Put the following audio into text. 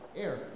Air